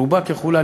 רובה ככולה,